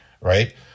right